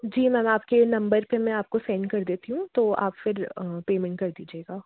जी ma'am आपके नंबर पर मैं आपको सेंड कर देती हूँ तो आप फिर पेमेंट कर दीजिएगा